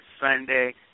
Sunday